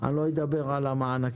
אני לא אדבר על מענקים.